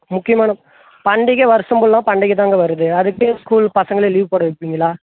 முக்கியமான பண்டிகை வருஷம் ஃபுல்லாக பண்டிகை தாங்க வருது அதுக்கு போய் ஸ்கூல் பசங்களை லீவ் போட வைப்பிங்ளா